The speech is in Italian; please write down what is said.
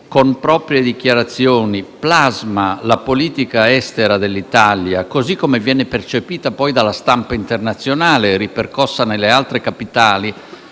con proprie dichiarazioni, plasma la politica estera dell'Italia, così come viene percepita poi dalla stampa internazionale e ripercossa nelle altre capitali,